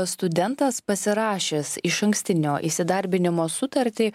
studentas pasirašęs išankstinio įsidarbinimo sutartį